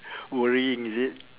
worrying is it